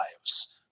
lives